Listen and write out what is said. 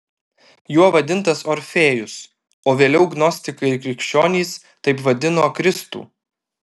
juo vadintas orfėjus o vėliau gnostikai ir krikščionys taip vadino kristų